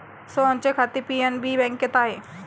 सोहनचे खाते पी.एन.बी बँकेत आहे